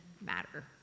matter